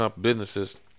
businesses